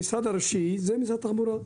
המשרד הראשי זה משרד התחבורה,